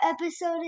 episode